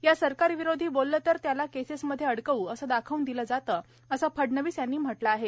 या सरकारविरोधी बोललं तर त्यांना केसेसमध्ये अडकव्असं दाखवून दिलं जातं असं फडणवीस यांनी म्हटलं आहे